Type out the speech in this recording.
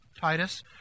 Titus